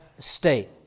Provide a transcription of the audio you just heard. State